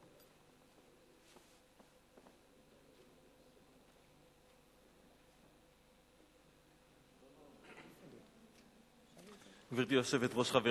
גברתי היושבת-ראש,